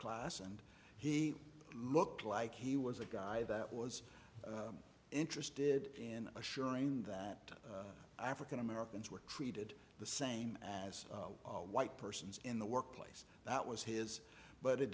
class and he looked like he was a guy that was interested in assuring that african americans were treated the same as white persons in the workplace that was his but it